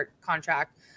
contract